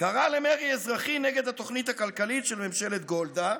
קרא למרי אזרחי נגד התוכנית הכלכלית של ממשלת גולדה,